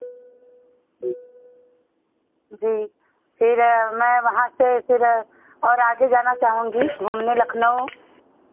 जी फिर मैं वहाँ से फिर और आगे जाना चाहूँगी घूमने लखनऊ